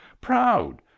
Proud